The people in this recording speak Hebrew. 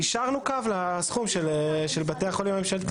יישרנו קו לסכום של בתי החולים הממשלתיים.